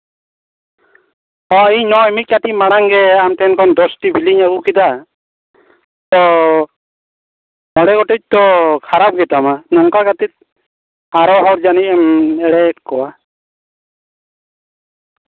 ᱦᱮᱸ ᱱᱚᱜᱼᱚᱸᱭ ᱢᱤᱫ ᱠᱟᱹᱴᱤᱡ ᱢᱟᱲᱟᱝ ᱜᱮ ᱟᱢ ᱴᱷᱮᱱ ᱠᱷᱚᱱ ᱫᱚᱥᱴᱤ ᱵᱤᱞᱤᱧ ᱟᱹᱜᱩ ᱠᱮᱫᱟ ᱛᱚ ᱢᱚᱬᱮ ᱜᱚᱴᱮᱡ ᱛᱚ ᱠᱷᱟᱨᱟᱯ ᱜᱮᱛᱟᱢᱟ ᱱᱚᱝᱠᱟ ᱠᱟᱛᱮ ᱟᱨᱚ ᱦᱚᱲ ᱡᱟᱹᱱᱤᱡ ᱮᱢ ᱮᱲᱮᱭᱮᱫ ᱠᱚᱣᱟ